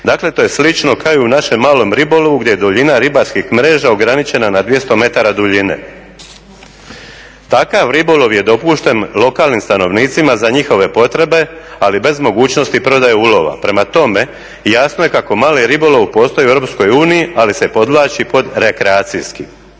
Dakle, to je slično kao i u našem malom ribolovu gdje je duljina ribarskih mreža ograničena na 200 metara duljine. Takav ribolov je dopušten lokalnim stanovnicima za njihove potrebe ali bez mogućnosti prodaje ulova. Prema tome, jasno je kako mali ribolov postoji u EU ali se podvlači pod rekreacijski.